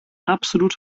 absolut